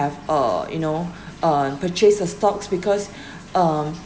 uh you know on purchase the stocks because um